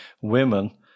women